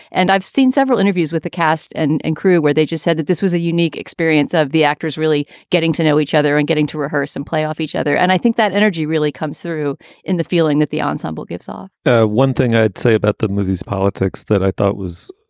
and i've seen several interviews with the cast and and crew where they just said that this was a unique experience of the actors really getting to know each other and getting to rehearse and play off each other. and i think that energy really comes through in the feeling that the ensemble gives off one thing i'd say about the movie is politics that i thought was